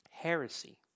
heresy